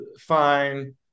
fine